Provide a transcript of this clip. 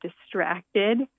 distracted